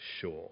sure